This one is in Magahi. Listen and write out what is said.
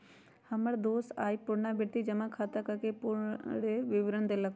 हमर दोस आइ पुरनावृति जमा खताके पूरे विवरण देलक